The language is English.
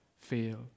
fail